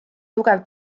tugev